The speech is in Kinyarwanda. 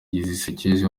zisekeje